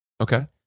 Okay